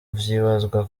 vyibazwa